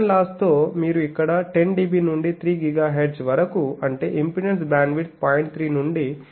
return లాస్తో మీరు ఇక్కడ 10dB నుండి 3GHz వరకు అంటే ఇంపెడెన్స్ బ్యాండ్విడ్త్ 0